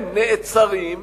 הם נעצרים,